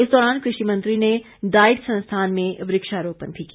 इस दौरान कृषि मंत्री ने डाईट संस्थान में वृक्षारोपण भी किया